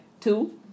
two